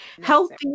healthy